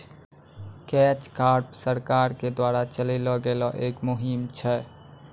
catch crop सरकार के द्वारा चलैलो गेलो एक मुहिम छै